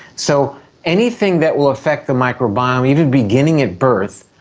so anything that will affect the microbiome, even beginning at birth,